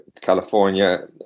california